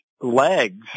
legs